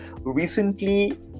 Recently